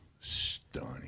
stunning